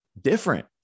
different